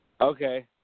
Okay